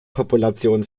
population